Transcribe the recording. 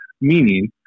meaning